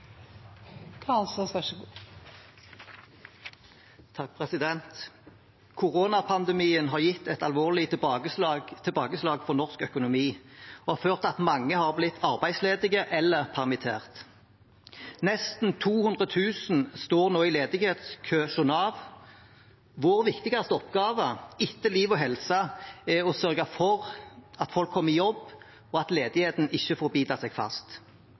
Koronapandemien har gitt et alvorlig tilbakeslag for norsk økonomi og har ført til at mange har blitt arbeidsledige eller permittert. Nesten 200 000 står nå i ledighetskø hos Nav. Vår viktigste oppgave, etter liv og helse, er å sørge for at folk kommer i jobb, og at ledigheten ikke får bite seg fast.